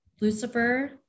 Lucifer